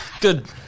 good